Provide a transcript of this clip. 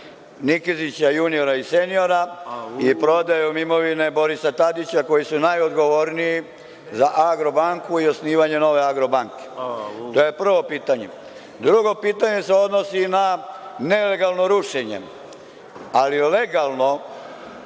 Nikezića, juniora i seniora i prodajom imovine Borisa Tadića koji su najodgovorniji za „Agrobanku“ i osnivanje nove „Agrobanke“. To je prvo pitanje. Drugo pitanje se odnosi na nelegalno rušenje, ali legalno